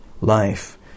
life